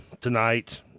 tonight